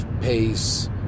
pace